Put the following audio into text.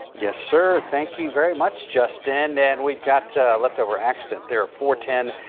yes sir, thank you very much just and then we've got a leftover accident there for ten.